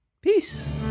peace